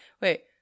Wait